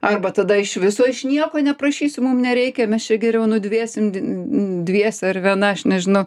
arba tada iš viso aš nieko neprašysiu mum nereikia mes čia geriau nudvėsim d dviese ar viena aš nežinau